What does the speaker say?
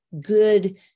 good